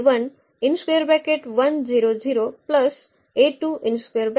आणि मग हा